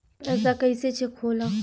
पैसा कइसे चेक होला?